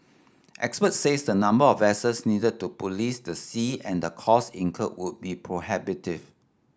experts says the number of vessels needed to police the sea and costs incurred would be prohibitive